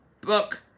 book